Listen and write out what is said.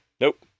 nope